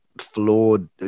flawed